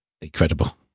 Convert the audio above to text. incredible